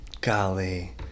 Golly